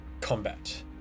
combat